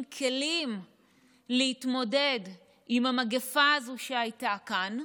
כלים להתמודד עם המגפה הזו שהייתה כאן,